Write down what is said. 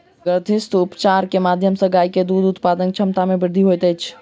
ग्रंथिरस उपचार के माध्यम सॅ गाय के दूध उत्पादनक क्षमता में वृद्धि होइत अछि